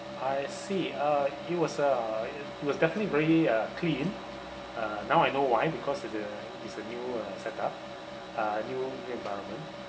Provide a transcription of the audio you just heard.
I see uh it was uh it was definitely very uh clean uh now I know why because is the is a new uh set up a new environment